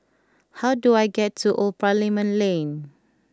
how do I get to Old Parliament Lane